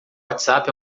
whatsapp